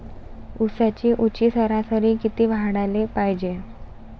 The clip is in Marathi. ऊसाची ऊंची सरासरी किती वाढाले पायजे?